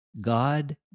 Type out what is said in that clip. God